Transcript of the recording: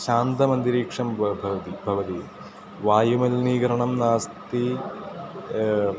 शान्तमन्तरिक्षं ब भवति भवति वायुमलिनीकरणं नास्ति